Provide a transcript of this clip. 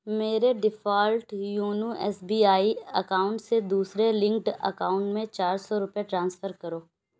میرے default YONO S B I account سے دوسرے لنکڈ اکاؤنٹ میں چار سو روپئے ٹرانسفر کرو